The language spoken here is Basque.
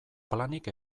planik